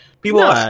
people